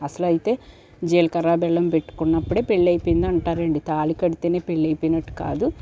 అసలయితే జీలకర్రా బెల్లం పెట్టుకున్నప్పుడే పెళ్ళయిపోయింది అంటారండి తాళి కడితేనే పెళ్లియిపోయినట్టు కాదు